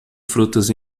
frutas